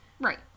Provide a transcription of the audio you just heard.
Right